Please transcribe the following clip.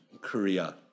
Korea